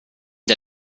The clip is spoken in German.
der